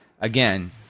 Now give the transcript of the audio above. again